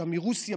שם מרוסיה,